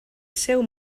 seu